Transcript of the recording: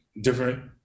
different